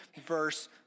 verse